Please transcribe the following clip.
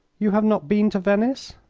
you have not been to venice?